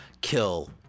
kill